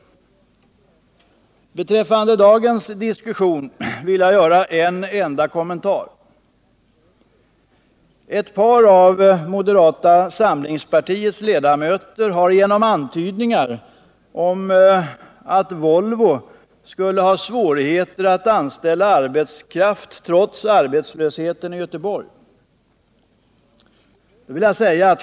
Beträffande dagens diskussion vill jag göra en enda kommentar. Ett par av moderata samlingspartiets ledamöter har antytt att Volvo trots arbetslösheten i Göteborg skulle ha svårighet att anställa arbetskraft.